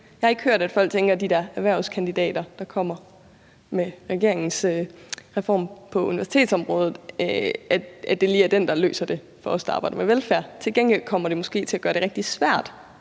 hvert fald ikke hørt, at folk tænker, at de der erhvervskandidater, der kommer med regeringens reform på universitetsområdet, lige er det, der løser det for os, der arbejder med velfærd. Til gengæld kommer det måske til at gøre det rigtig svært